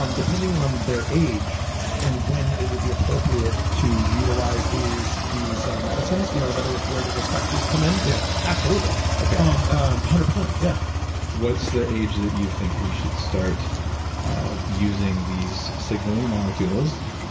um depending on their age and when it would be appropriate to utilize these these medicines. you know, in other words, where the risk factors come in, yeah absolutely, one um and hundred percent. yeah what's the age that you think we should start using these signaling molecules